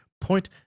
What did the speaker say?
point